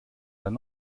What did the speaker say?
dann